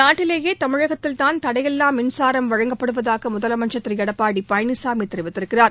நாட்டிலேயே தமிழகத்தில்தான் தடையில்லா மின்சாரம் வழங்கப்படுவதாக முதலமைச்ச் திரு எடப்பாடி பழனிசாமி கூறியிருக்கிறார்